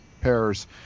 pairs